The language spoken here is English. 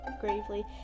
gravely